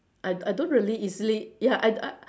I I don't really easily ya I I